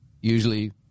usually